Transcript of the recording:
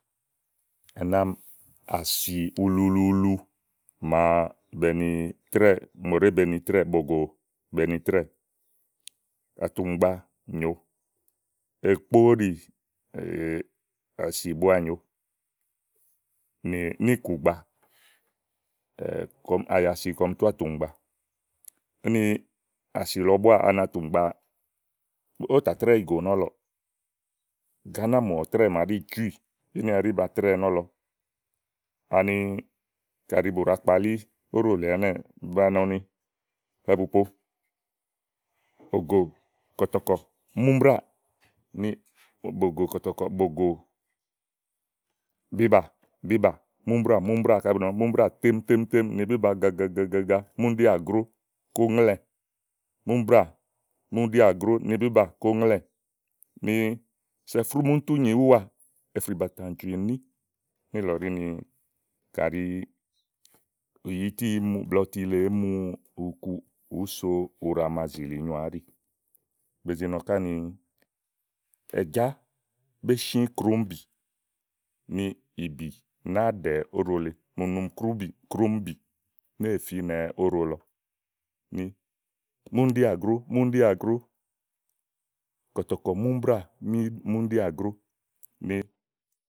ɛnɛ àámi àsì ululuulu màa bèé nitrɛ́ɛ̀ mòɖèé be ni trɛ́ɛ̀ bògò be ni trɛ́ɛ, àtù gba nyòo, ekpó oɖì ásì bua nyòo nì níìkùgba ayasi kɔm tú átùŋgba úni àsì lɔ búá ani àtùŋba, ígbɔ ówò tà trɛ́ɛ ìgò nɔlɔ̀ɔ gààna mò ɔ̀trɛ́ɛ̀ màa ɖí ìcúì, kíni ɛɖí ba trɛ́ɛ nɔ̀lɔ, ani kaɖi bùɖàa kpalí óɖò lèe ɛɖí ba trɛ́ɛ nɔ̀lɔ ani kaɖi bù po ògò kɔ̀tɔ̀kɔ̀ múmbráà ni bògò kɔ̀kɔ̀tɔ, bògò, bíbà bíbà, múmbráà múmbráà kaɖi bù nɔ ni múmbráà tém tém tém, ni bí ba agagaa ga múnɖi àgró kó ŋlɛ́ɛ múmbráà múnɖi àgró bìba kó ŋlɛ́ɛ̀ ni sɛ̀ frúmúntú mèwú à èfrìbàtàncùìní níìlɔ ɖi ni kàɖi ùyitíìí mu blɛ̀ɛ ɔti le èé mu ukuù ùú so ùɖà màa zìlìnyoà áɖì be zi nɔ káni èdzá bé shĩ kròómbì mùnùm króm bì nììbì ìí do náa ɖɛ́ɛ óɖo le, ì finɛ óɖo lɔ ni múmɖí ágró múnɖí ágro kɔ̀tɔ̀kɔ múmbráà mi múnɖí ágro ni.